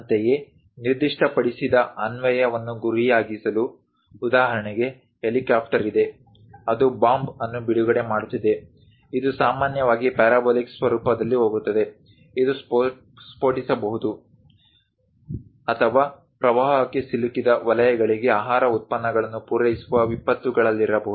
ಅಂತೆಯೇ ನಿರ್ದಿಷ್ಟಪಡಿಸಿದ ಅನ್ವಯ ವನ್ನು ಗುರಿಯಾಗಿಸಲು ಉದಾಹರಣೆಗೆ ಹೆಲಿಕಾಪ್ಟರ್ ಇದೆ ಅದು ಬಾಂಬ್ ಅನ್ನು ಬಿಡುಗಡೆ ಮಾಡುತ್ತಿದೆ ಇದು ಸಾಮಾನ್ಯವಾಗಿ ಪ್ಯಾರಾಬೋಲಿಕ್ ಸ್ವರೂಪದಲ್ಲಿ ಹೋಗುತ್ತದೆ ಇದು ಸ್ಫೋಟಿಸಬಹುದು ಅಥವಾ ಪ್ರವಾಹಕ್ಕೆ ಸಿಲುಕಿದ ವಲಯಗಳಿಗೆ ಆಹಾರ ಉತ್ಪನ್ನಗಳನ್ನು ಪೂರೈಸುವ ವಿಪತ್ತುಗಳಲ್ಲಿರಬಹುದು